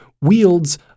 wields